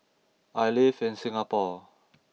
I live in Singapore